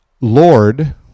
Lord